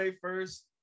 first